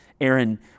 Aaron